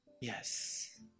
yes